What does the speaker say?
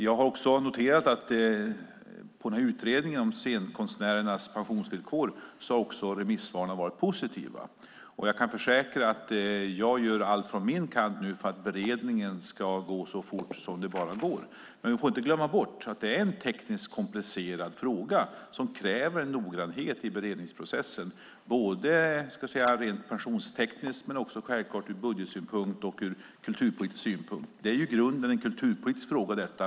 Jag har också noterat att remissvaren på utredningen om scenkonstnärernas pensionsvillkor har varit positiva. Och jag kan försäkra att jag gör allt från min kant nu för att beredningen ska gå så fort som det bara går. Men vi får inte glömma bort att det är en tekniskt komplicerad fråga som kräver noggrannhet i beredningsprocessen, både rent pensionstekniskt och självklart också ur budgetsynpunkt och kulturpolitisk synpunkt. Detta är i grunden en kulturpolitisk fråga.